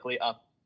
up